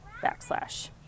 backslash